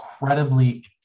incredibly